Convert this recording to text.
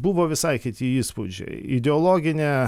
buvo visai kiti įspūdžiai ideologinę